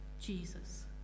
Jesus